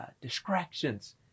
distractions